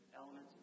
elements